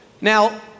Now